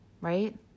Right